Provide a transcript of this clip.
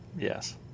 yes